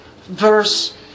verse